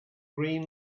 green